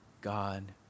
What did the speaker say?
God